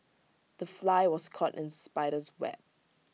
the fly was caught in spider's web